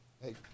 Hey